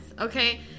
Okay